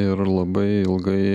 ir labai ilgai